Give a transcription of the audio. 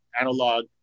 analog